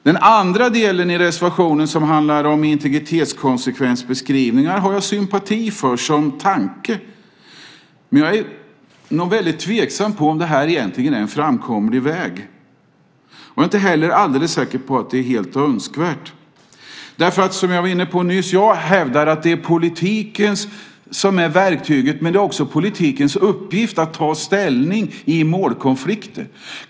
Den andra delen i reservationen, som handlar om integritetskonsekvensbeskrivningar, känner jag sympati för, men det är mycket tveksamt om det är en framkomlig väg. Jag är inte heller alldeles säker på att det vore önskvärt. Som jag var inne på tidigare vill jag hävda att det är politiken som är verktyget, samtidigt som det är politikens uppgift att ta ställning i målkonflikter.